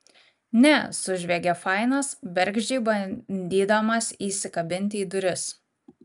ne sužviegė fainas bergždžiai bandydamas įsikabinti į duris